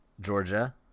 Georgia